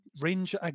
Range